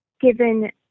given